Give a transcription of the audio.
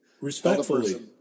Respectfully